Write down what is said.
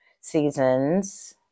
seasons